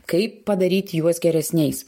kaip padaryti juos geresniais